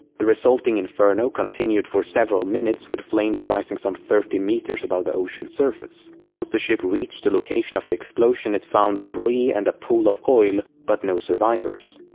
the resulting inferno continued for several minutes with flames rising some thirty meters above the ocean surface. once the ship reached the location of the explosion it found debris and a pool of oil but no survivors.